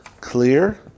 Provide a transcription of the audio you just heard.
clear